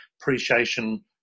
appreciation